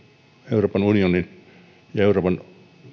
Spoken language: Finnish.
euroopan unionin ja euroopan